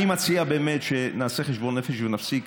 אני מציע שנעשה חשבון נפש ונפסיק.